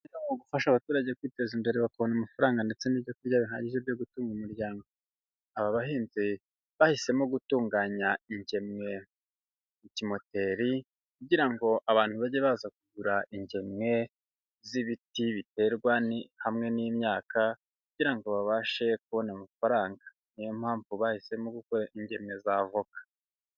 Gufasha abaturage kwiteza imbere babona amafaranga, ndetse n'ibyo kurya bihagije byo gutunga umuryango aba bahinzi bahisemo gutunganya ingemwe ku kimoteri kugira ngo abantu bajye baza kugura ingemwe z'ibiti biterwa hamwe n'imyaka kugira ngo babashe kubona amafaranga niyo mpamvu bahisemo gukora ingemwe za avoka.